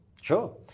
Sure